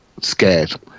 scared